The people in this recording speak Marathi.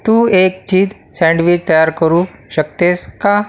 तू एक चीज सँडविक् तयार करू शकतेस का